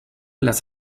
las